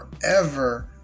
forever